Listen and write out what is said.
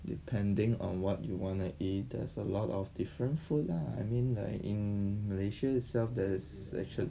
depending on what you wanna eat there's a lot of different food lah I mean like in malaysia itself there's actually